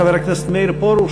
חבר הכנסת מאיר פרוש.